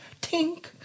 tink